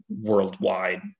worldwide